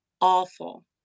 awful